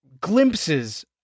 glimpses